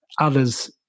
others